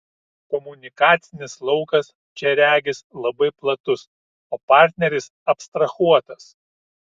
komunikacinis laukas čia regis labai platus o partneris abstrahuotas